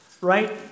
Right